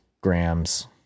Grams